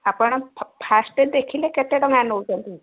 ଆପଣ ଫାଷ୍ଟ ଦେଖିଲେ କେତେଟଙ୍କା ନେଉଛନ୍ତି